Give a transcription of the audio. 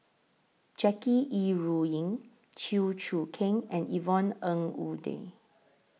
Jackie Yi Ru Ying Chew Choo Keng and Yvonne Ng Uhde